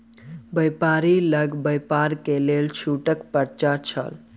व्यापारी लग व्यापार के लेल छूटक पर्चा छल